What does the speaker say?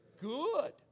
good